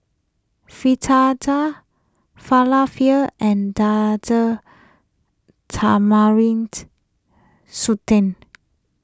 Fritada Falafel and Date Tamarind shu tend